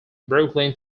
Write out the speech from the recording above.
brooklyn